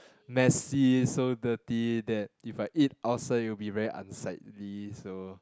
messy so dirty that if I eat outside it will be very unsightly so